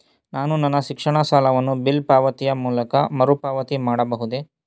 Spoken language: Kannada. ನಾನು ನನ್ನ ಶಿಕ್ಷಣ ಸಾಲವನ್ನು ಬಿಲ್ ಪಾವತಿಯ ಮೂಲಕ ಮರುಪಾವತಿ ಮಾಡಬಹುದೇ?